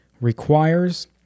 requires